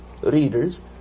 readers